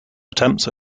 attempts